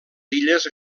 illes